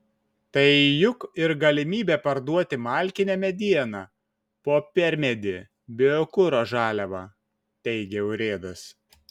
tai juk ir galimybė parduoti malkinę medieną popiermedį biokuro žaliavą teigė urėdas